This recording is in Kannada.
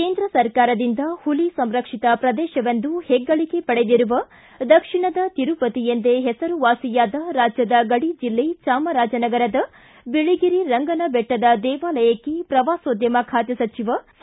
ಕೇಂದ್ರ ಸರ್ಕಾರದಿಂದ ಹುಲಿ ಸಂರಕ್ಷಿತ ಪ್ರದೇಶವೆಂದು ಹೆಗ್ಗಳಕೆ ಪಡೆದಿರುವ ದಕ್ಷಿಣದ ತಿರುಪತಿಯೆಂದೇ ಹೆಸರು ವಾಸಿಯಾದ ರಾಜ್ಜದ ಗಡಿ ಜಿಲ್ಲೆ ಚಾಮರಾಜನಗರದ ಬಿಳಗಿರಿ ರಂಗನಬೆಟ್ಟದ ದೇವಾಲಯಕ್ಕೆ ಪ್ರವಾಸೋದ್ಯಮ ಖಾತೆ ಸಚಿವ ಸಾ